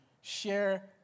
share